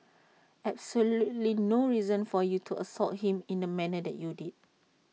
absolutely no reason for you to assault him in the manner that you did